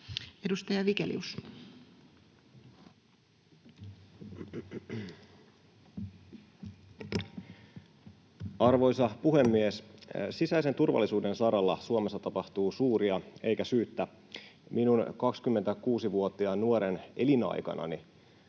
Content: Arvoisa puhemies! Sisäisen turvallisuuden saralla Suomessa tapahtuu suuria, eikä syyttä. Minun, 26-vuotiaan nuoren, elinaikanani